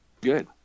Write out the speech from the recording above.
Good